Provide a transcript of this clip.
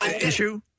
issue